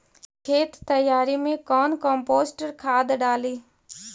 खेत तैयारी मे कौन कम्पोस्ट खाद डाली?